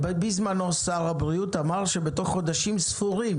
בזמנו שר הבריאות אמר שתוך חודשים ספורים